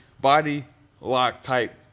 body-lock-type